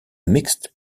mixed